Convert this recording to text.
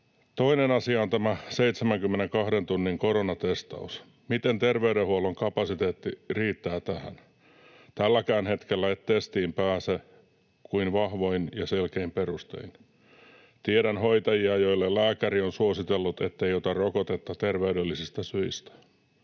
Toinen asia on tämä 72 tunnin koronatestaus. Miten terveydenhuollon kapasiteetti riittää tähän? Tälläkään hetkellä et testiin pääse kuin vahvoin ja selkein perustein. Tiedän hoitajia, joille lääkäri on suositellut, ettei ota rokotetta terveydellisistä syistä.